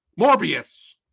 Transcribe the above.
Morbius